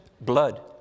blood